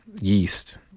yeast